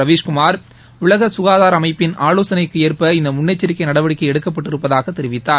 ரவிஸ்குமார் உலக சுகாதார அமைப்பின் ஆவோசனைக்கு ஏற்ப இந்த முன்னெச்சரிக்கை நடவடிக்கை எடுக்கப்பட்டிருப்பதாக தெரிவித்தார்